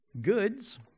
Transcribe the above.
goods